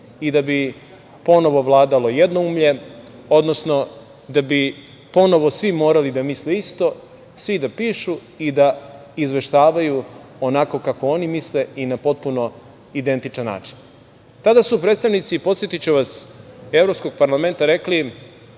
i da bi ponovo vladalo jednoumlje, odnosno da bi ponovo svi morali da misle isto, svi da pišu i da izveštaju onako kako oni misle i na potpuno identičan način. Tada su predstavnici, podsetiću vas, Evropskog parlamenta rekli